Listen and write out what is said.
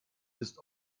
ist